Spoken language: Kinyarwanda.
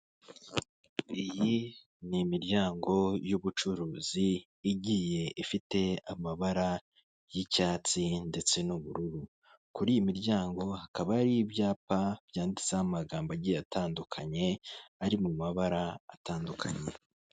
Iyi ni imiryango y'ubucuruzi igiye ifite amabara y'icyatsi ndetse n'ubururu, kuri iyi miryango hakaba hari ibyapa byanditseho amagambo agiye atandukanye, ari mu mabara atandukanye.